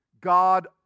God